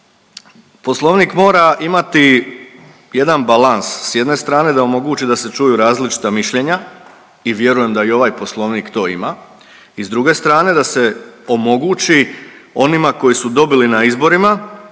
poslovnik mora imati jedan balans s jedne strane da omogući da se čuju različita mišljenja i vjerujem da i ovaj poslovnik to ima i s druge strane da se omogući onima koji su dobili na izborima